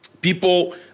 People